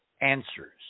answers